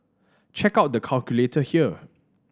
check out the calculator here